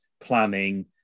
planning